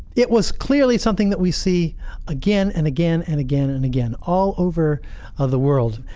it was clearly something that we see again and again and again and again, all over of the world.